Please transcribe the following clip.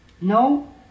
no